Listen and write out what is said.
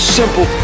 simple